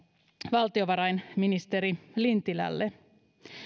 valtiovarainministeri lintilälle